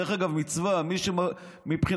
דרך אגב, מצווה, מבחינתכם,